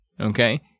Okay